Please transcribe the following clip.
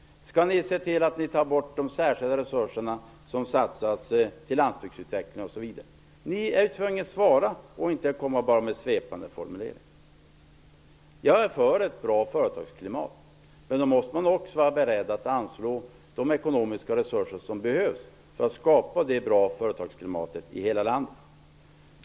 Skall ni se till att ta bort de särskilda resurserna som satsas på landsbygdsutveckling osv.? Ni är tvungna att svara och inte bara komma med svepande formuleringar. Jag är för ett bra företagsklimat, men då måste man också vara beredd att anslå de ekonomiska resurser som behövs för att skapa det goda företagsklimatet i hela landet.